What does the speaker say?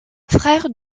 frère